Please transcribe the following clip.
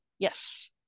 Yes